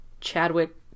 Chadwick